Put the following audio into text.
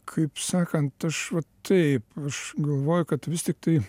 kaip sakant aš va taip aš galvoju kad vis tiktai